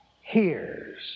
hears